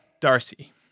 Darcy